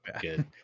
Good